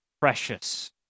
precious